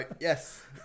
Yes